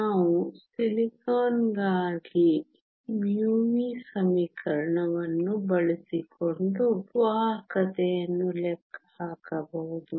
ನಾವು ಸಿಲಿಕಾನ್ ಗಾಗಿ μe ಸಮೀಕರಣವನ್ನು ಬಳಸಿಕೊಂಡು ವಾಹಕತೆಯನ್ನು ಲೆಕ್ಕ ಹಾಕಬಹುದು